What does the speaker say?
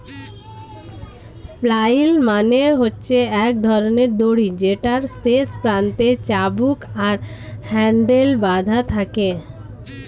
flail মানে হচ্ছে এক ধরণের দড়ি যেটার শেষ প্রান্তে চাবুক আর হ্যান্ডেল বাধা থাকে